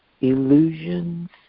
illusions